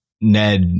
Ned